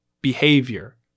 behavior